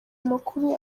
amakuru